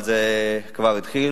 אבל התהליך הזה כבר התחיל,